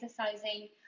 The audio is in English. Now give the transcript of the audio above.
exercising